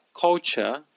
culture